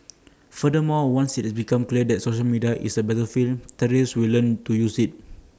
furthermore once IT becomes clear that social media is A battlefield terrorists will learn to use IT